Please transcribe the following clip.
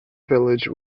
village